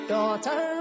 Daughter